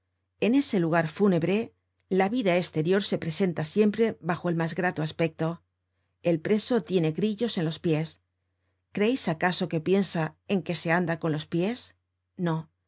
en ese lugar fúnebre la vida esterior se presenta siempre bajo el mas grato aspecto el preso tiene grillos en los pies creeis acaso que piensa en que se anda con los pies no